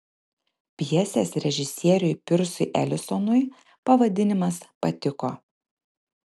pjesės režisieriui pirsui elisonui pavadinimas patiko